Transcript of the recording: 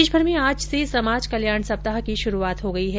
प्रदेशभर में आज से समाज कल्याण सप्ताह की शुरूआत हो गई है